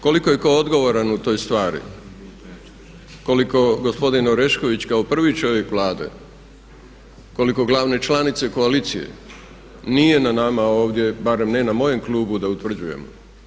Koliko je tko odgovoran u toj stvari, koliko gospodin Orešković kao prvi čovjek Vlade, koliko glavne članice koalicije nije na nama ovdje, barem ne na mojem klubu da utvrđujemo.